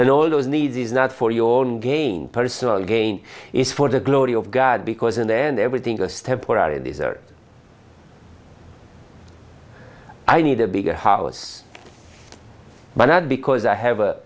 and all those needs is not for your own gain personal gain is for the glory of god because in the end everything us temporary these are i need a bigger house but not because i have a